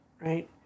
right